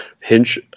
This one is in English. Hinch